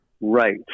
Right